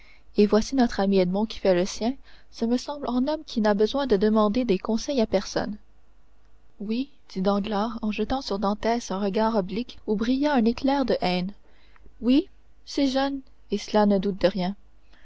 et voici notre ami edmond qui fait le sien ce me semble en homme qui n'a besoin de demander des conseils à personne oui dit danglars en jetant sur dantès un regard oblique où brilla un éclair de haine oui c'est jeune et cela ne doute de rien